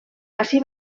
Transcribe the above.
ací